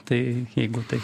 tai jeigu tai